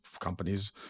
companies